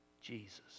Jesus